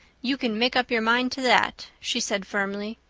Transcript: you can make up your mind to that, she said firmly.